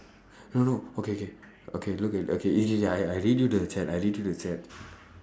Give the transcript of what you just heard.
no no okay okay okay look at okay really really I I read you the chat I read you the chat